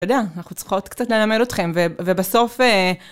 אתה יודע, אנחנו צריכות קצת ללמד אתכם, ובסוף...